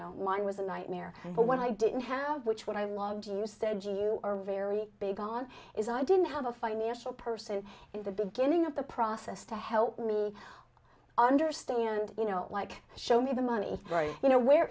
know mine was a nightmare but what i didn't have which what i loved you said you are very big on is i didn't have a financial person in the beginning of the process to help me understand you know like show me the money very you know where